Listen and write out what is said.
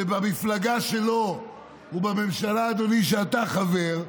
כשבמפלגה שלו ובממשלה, אדוני, שאתה חבר בה,